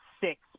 six